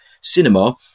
cinema